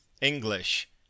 english